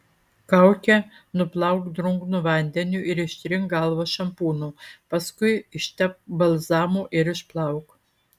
kaukę nuplauk drungnu vandeniu ir ištrink galvą šampūnu paskui ištepk balzamu ir išplauk